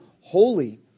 Holy